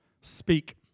Speak